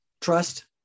Trust